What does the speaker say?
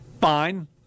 fine